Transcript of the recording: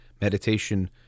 meditation